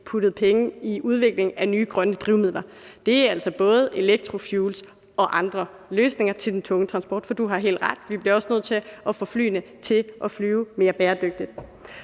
puttet penge i udvikling af nye grønne drivmidler. Det er altså både elektrofuels og andre løsninger til den tunge transport, for du har helt ret i, at vi også bliver nødt til at få flyene til at flyve mere bæredygtigt.